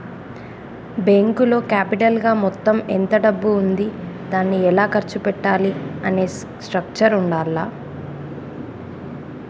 బ్యేంకులో క్యాపిటల్ గా మొత్తం ఎంత డబ్బు ఉంది దాన్ని ఎలా ఖర్చు పెట్టాలి అనే స్ట్రక్చర్ ఉండాల్ల